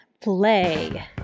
play